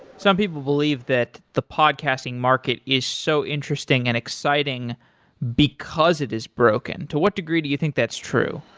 some people believe that the podcasting market is so interesting and exciting because it is broken. to what degree do you think that's true?